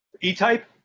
E-type